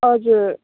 हजुर